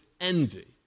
envy